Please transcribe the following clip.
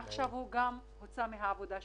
כשעכשיו הוא גם יצא מהעבודה שלו.